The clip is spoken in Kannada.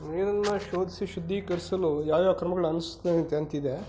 ನೀರನ್ನು ಶೋಧಿಸಿ ಶುದ್ದೀಕರಿಸಲು ಯಾವ್ಯಾವ ಕ್ರಮಗಳನ್ನು ಅನುಸ್ತಂತ್ ಅಂತಿದೆ